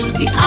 See